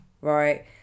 right